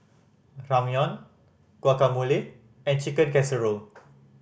Ramyeon Guacamole and Chicken Casserole